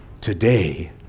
Today